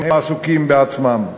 הם עסוקים בעצמם.